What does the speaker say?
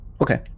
Okay